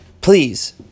please